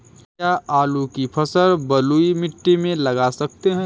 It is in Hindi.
क्या आलू की फसल बलुई मिट्टी में लगा सकते हैं?